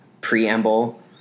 preamble